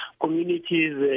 communities